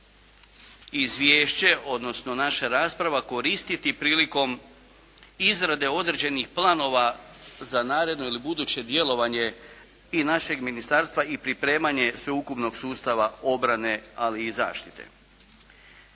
izvješće, odnosno naša rasprava koristiti prilikom izrade određenih planova za naredno ili buduće djelovanje i našeg ministarstva i pripremanje sveukupnog sustava obrane, ali i zaštite.